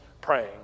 praying